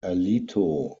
alito